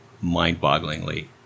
mind-bogglingly